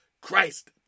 Christ